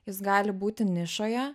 jis gali būti nišoje